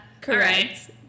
Correct